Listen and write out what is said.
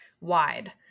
wide